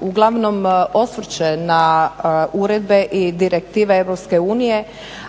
uglavnom osvrće na uredbe i direktive EU